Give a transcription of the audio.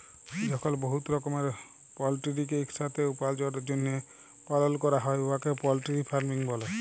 যখল বহুত রকমের পলটিরিকে ইকসাথে উপার্জলের জ্যনহে পালল ক্যরা হ্যয় উয়াকে পলটিরি ফার্মিং ব্যলে